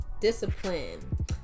Discipline